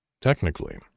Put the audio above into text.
technically